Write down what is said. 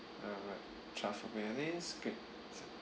ah right truffle mayonnaise great